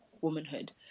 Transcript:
womanhood